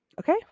Okay